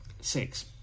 six